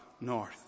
north